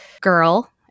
girl